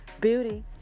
Beauty